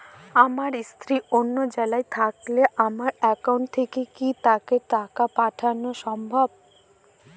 আমার স্ত্রী অন্য জেলায় থাকলে আমার অ্যাকাউন্ট থেকে কি তাকে টাকা পাঠানো সম্ভব?